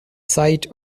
site